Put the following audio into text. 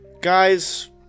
guys